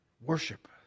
Worship